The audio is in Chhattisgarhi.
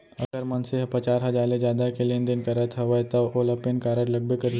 अगर मनसे ह पचार हजार ले जादा के लेन देन करत हवय तव ओला पेन कारड लगबे करही